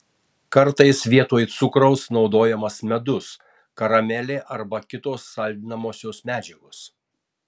kartais vietoj cukraus naudojamas medus karamelė arba kitos saldinamosios medžiagos